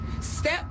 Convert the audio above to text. step